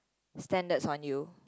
standards on you